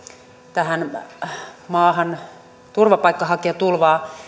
tähän turvapaikanhakijatulvaan